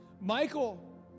Michael